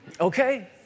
Okay